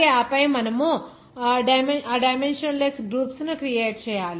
ఆపై మనము ఆ డైమెన్షన్ లెస్ గ్రూప్స్ ను క్రియేట్ చేయాలి